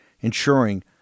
ensuring